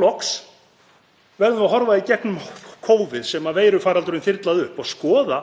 Loks verðum við að horfa í gegnum kófið sem veirufaraldurinn þyrlaði upp og skoða